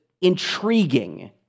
intriguing